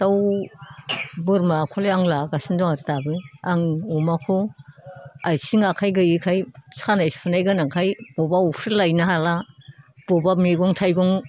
दाउ बोरमाखौलाय आं लागासिनो दं आरो दाबो आं अमाखौ आथिं आखाइ गोयैखाय सानाय सुनाय गोनांखाय अबाव अफ्रि लायनो हाला बबावबा मैगं थाइगं